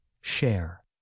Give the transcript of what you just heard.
share